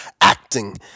acting